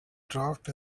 draft